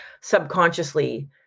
subconsciously